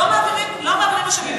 לא מעבירים משאבים,